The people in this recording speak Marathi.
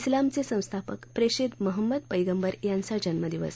क्लामचे संस्थापक प्रेषित महंमद पैगंबर यांचा जन्मदिवस